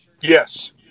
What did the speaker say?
Yes